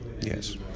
Yes